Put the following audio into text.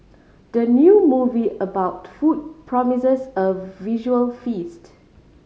the new movie about food promises a visual feast